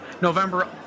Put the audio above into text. November